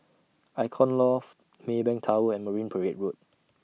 Icon Loft Maybank Tower and Marine Parade Road